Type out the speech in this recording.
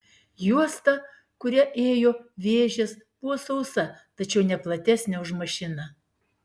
juosta kuria ėjo vėžės buvo sausa tačiau ne platesnė už mašiną